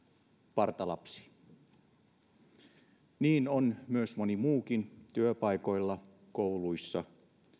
partalapsi ja niin on moni muukin työpaikoilla kouluissa